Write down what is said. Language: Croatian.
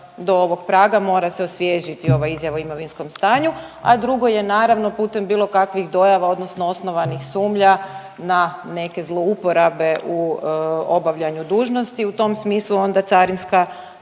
do ovog praga mora se osvježiti ova izjava o imovinskom stanju, a drugo je naravno putem bilo kakvih dojava odnosno osnovanih sumnja na neke zlouporabe u obavljanju dužnosti. U tom smislu onda carinska